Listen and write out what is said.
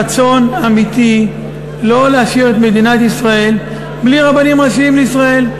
רצון אמיתי לא להשאיר את מדינת ישראל בלי רבנים ראשיים לישראל.